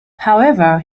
however